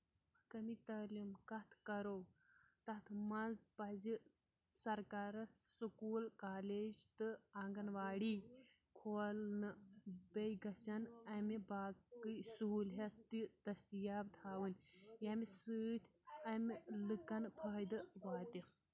محکمی تٲلیٖم کَتھ کَرو تَتھ منٛز پَزِ سَرکارَس سکوٗل کالج تہٕ آنٛگَنواڑی کھولنہٕ بیٚیہِ گژھن اَمہِ باقٕے سہوٗلیت تہِ دٔستِیاب تھاوٕنۍ ییٚمہِ سۭتۍ اَمہِ لُکَن فٲیدٕ واتہِ